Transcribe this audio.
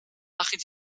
machen